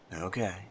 Okay